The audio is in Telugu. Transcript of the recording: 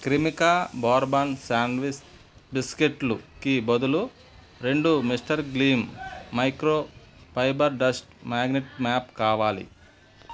క్రీమికా బోరబాన్ శాండ్విచ్ బిస్కెట్లుకి బదులు రెండు Mr Gleam micro fibre dust magnet mop కావాలి